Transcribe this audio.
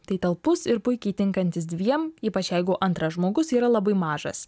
tai talpus ir puikiai tinkantis dviem ypač jeigu antras žmogus yra labai mažas